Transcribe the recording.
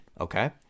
okay